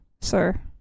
sir